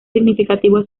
significativo